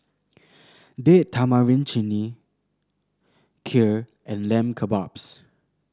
Date Tamarind Chutney Kheer and Lamb Kebabs